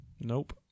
Nope